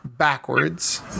Backwards